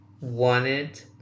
wanted